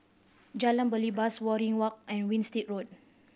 Jalan Belibas Waringin Walk and Winstedt Road